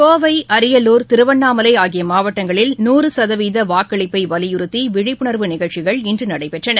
கோவை அரியலூர் திருவண்ணாமலைஆகியமாவட்டங்களில் நூறு சதவீதவாக்களிப்பைவலியுறுத்திவிழிப்புணர்வு நிகழ்ச்சிகள் இன்றுநடைபெற்றன